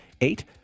eight